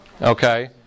Okay